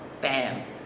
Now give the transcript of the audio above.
bam